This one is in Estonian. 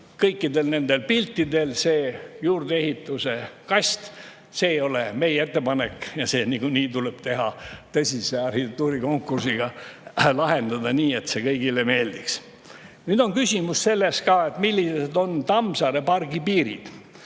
kõikidel nendel piltidel see juurdeehituse kast – see ei ole meie ettepanek. See niikuinii tuleb tõsise arhitektuurikonkursiga lahendada nii, et see kõigile meeldiks. Nüüd on küsimus selles, millised on Tammsaare pargi piirid.